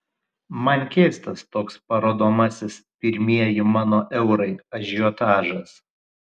man keistas toks parodomasis pirmieji mano eurai ažiotažas